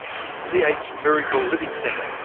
the ph miracle living centre,